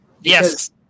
Yes